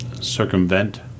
circumvent